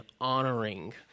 honoring